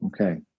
Okay